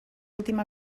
última